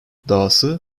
dahası